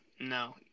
no